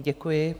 Děkuji.